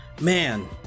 man